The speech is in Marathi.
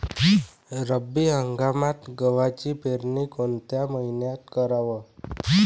रब्बी हंगामात गव्हाची पेरनी कोनत्या मईन्यात कराव?